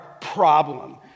problem